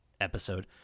episode